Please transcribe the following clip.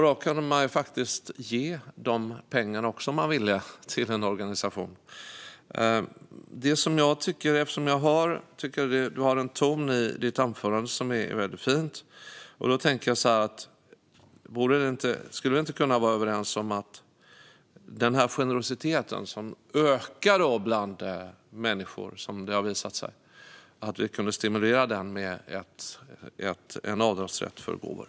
Då kunde man faktiskt ge också de pengarna, om man ville, till en organisation. Eftersom jag tyckte att Azadeh Rojhan Gustafsson hade en väldigt fin ton i sitt anförande tänkte jag fråga: Kan vi inte vara överens om att vi skulle kunna stimulera den här generositeten, som har visat sig öka bland människor, med en avdragsrätt för gåvor?